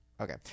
okay